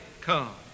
come